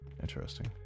Interesting